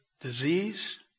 disease